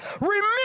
remember